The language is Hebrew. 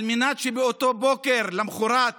על מנת שבבוקר למוחרת